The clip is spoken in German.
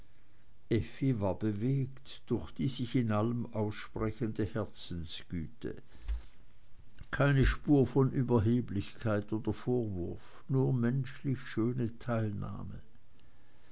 war bewegt durch die sich in allem aussprechende herzensgüte keine spur von überheblichkeit oder vorwurf nur menschlich schöne teilnahme